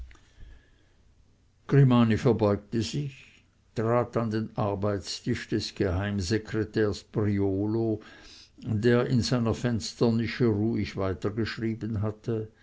grimani verbeugte sich trat an den arbeitstisch des geheimsekretärs priolo der in seiner fensternische ruhig weitergeschrieben hatte